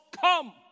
come